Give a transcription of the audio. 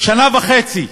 שנה וחצי.